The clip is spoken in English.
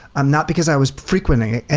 um not because i was frequenting it